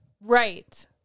Right